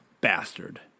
bastard